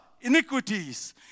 iniquities